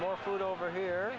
more food over here